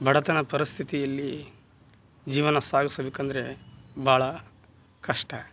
ಬಡತನ ಪರಸ್ತಿಯಲ್ಲಿ ಜೀವನ ಸಾಗಿಸಬೇಕೆಂದ್ರೆ ಭಾಳ ಕಷ್ಟ